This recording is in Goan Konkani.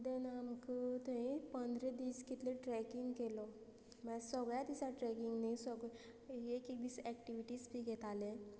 देन आमकां थंय पंदरा दीस कितले ट्रेकिंग केलो म्हळ्यार सगळ्या दिसा ट्रेकिंग न्ही सग एक एक दीस एक्टिविटीज बी घेताले